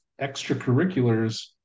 extracurriculars